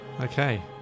Okay